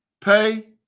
pay